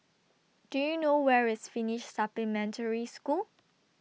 Do YOU know Where IS Finnish Supplementary School